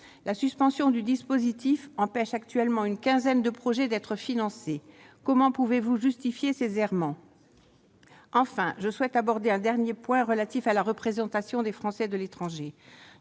La suspension du dispositif empêche actuellement une quinzaine de projets d'être financés. Comment pouvez-vous justifier ces errements ? Enfin, je souhaite aborder un dernier point relatif à la représentation des Français de l'étranger.